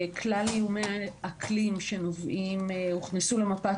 פורסם בכלכליסט אתמול או שלשום שמינהל התכנון או שהממשלה למעשה